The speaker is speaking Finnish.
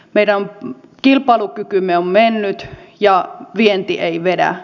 meidän kilpailukykymme on mennyt ja vienti ei vedä